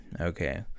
Okay